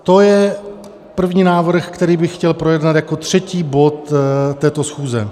To je první návrh, který bych chtěl projednat jako třetí bod této schůze.